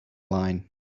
line